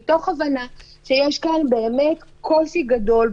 מתוך הבנה שיש כאן קושי גדול,